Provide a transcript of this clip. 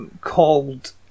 called